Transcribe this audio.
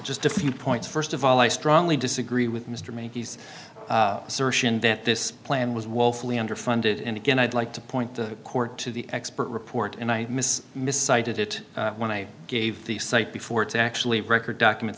just a few points st of all i strongly disagree with mr make these assertion that this plan was woefully underfunded and again i'd like to point the court to the expert report and i miss miss cited it when i gave the site before to actually record document